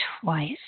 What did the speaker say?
Twice